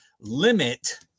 limit